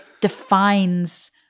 defines